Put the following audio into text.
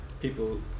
people